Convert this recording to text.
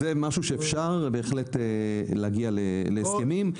זה משהו שאפשר להגיע להסכם עליו.